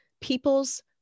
people's